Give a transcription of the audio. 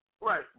Right